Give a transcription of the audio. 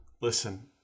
Listen